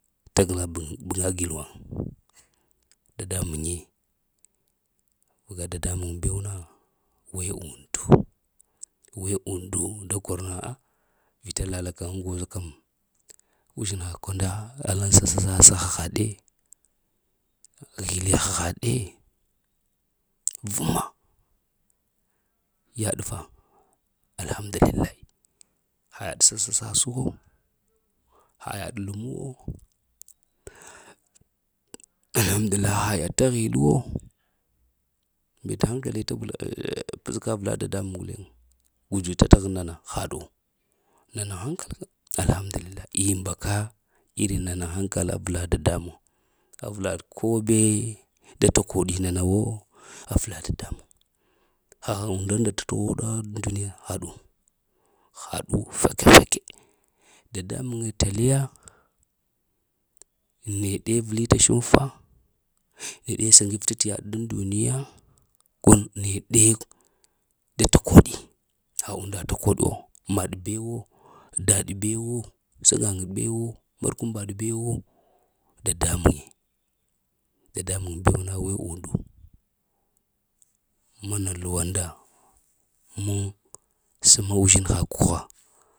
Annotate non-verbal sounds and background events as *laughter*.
T gla bun bga giwaŋ dadambaŋe ga dadambeŋ bewna we undu. We undu da karna a vita lalaka da goz kem, uzhina kwanda alla sasasa hahaɗe. Hilli hahaɗe, vəmma yaɗfa alhamdulillah ha yaɗ sasa saswo. Ha yaɗ lem me alhamdulillahi ha yaɗ da hilli wo. Mbate hankale da *hesitation* ps ka avla dadamban go dzuta ta haŋ mana? Haɗu, nana hankal alhamdulillah imbaka irin nana hankalla avla dadambaŋ avla ko be da takoɗi na na wo avla dadambaŋ, haha undu nda towo de avlini haɗu, haɗu fake-fake dadambaŋ tale ya. Neɗe vilita shunfa, neɗe saŋibta t ɗan duniya und neɗe, da takoɗi ha unda takoɗuwo, maɗ bewo daɗ bewo, sagaŋ bewo, murkwambaɗ bewo dadambaŋ, dadambaŋ bew na we undu, mana luwo nda muŋ sema uzhinha kuha